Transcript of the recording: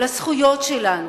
על הזכויות שלנו,